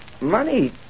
Money